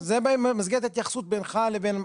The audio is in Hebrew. --- זה במסגרת ההתייחסות בינך לבין,